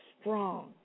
strong